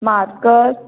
marker